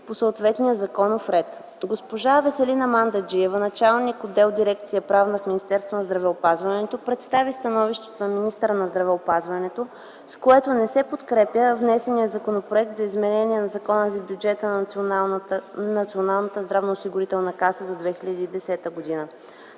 по съответния законов ред. Госпожа Веселина Мандаджиева – началник отдел в дирекция „Правна” в Министерството на здравеопазването, представи становището на министъра на здравеопазването, с което не се подкрепя внесеният Законопроект за изменение на Закона за бюджета на Националната здравноосигурителна каса за 2010 г.